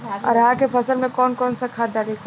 अरहा के फसल में कौन कौनसा खाद डाली?